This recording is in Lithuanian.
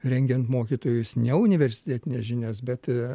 rengiant mokytojus ne universitetines žinias bet